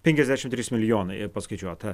penkiasdešimt trys milijonai paskaičiuota